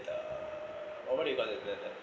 err what what do you got